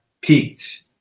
peaked